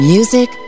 Music